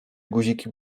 guziki